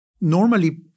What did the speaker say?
Normally